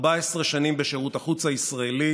14 שנים בשירות החוץ ישראלי